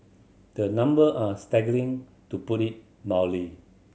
the number are staggering to put it mildly